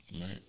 Right